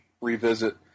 revisit